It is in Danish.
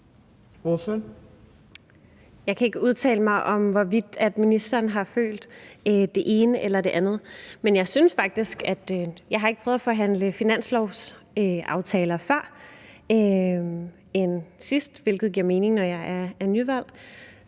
Jeg kan ikke udtale mig om, hvorvidt ministeren har følt det ene eller det andet. Jeg har ikke prøvet at forhandle finanslovsaftaler før end sidst, hvilket giver mening, da jeg er nyvalgt,